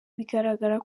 bigaragara